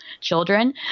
children